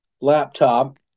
laptop